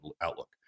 outlook